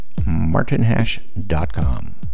martinhash.com